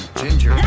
ginger